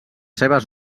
seves